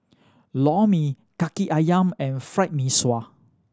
Lor Mee Kaki Ayam and Fried Mee Sua